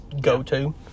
go-to